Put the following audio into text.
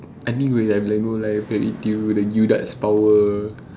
I think we have lego life the E T U the U darts power